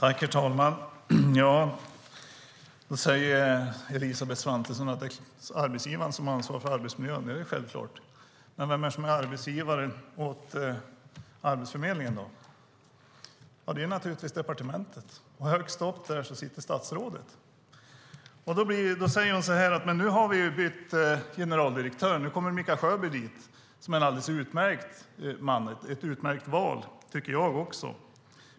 Herr talman! Elisabeth Svantesson säger att det är arbetsgivaren som har ansvaret för arbetsmiljön. Det är självklart. Men vem är det då som är arbetsgivare åt Arbetsförmedlingen? Det är naturligtvis departementet. Och högst upp där sitter statsrådet. Statsrådet säger att man har bytt generaldirektör. Nu kommer Mikael Sjöberg, en alldeles utmärkt man, ett utmärkt val. Det tycker jag också.